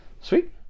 Sweet